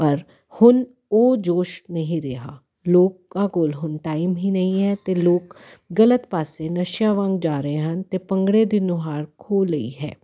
ਪਰ ਹੁਣ ਉਹ ਜੋਸ਼ ਨਹੀਂ ਰਿਹਾ ਲੋਕਾਂ ਕੋਲ ਹੁਣ ਟਾਈਮ ਹੀ ਨਹੀਂ ਹੈ ਅਤੇ ਲੋਕ ਗਲਤ ਪਾਸੇ ਨਸ਼ਿਆਂ ਵਾਂਗ ਜਾ ਰਹੇ ਹਨ ਅਤੇ ਭੰਗੜੇ ਦੀ ਨੁਹਾਰ ਖੋਹ ਲਈ ਹੈ